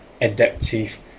adaptive